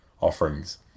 offerings